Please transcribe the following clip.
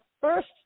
First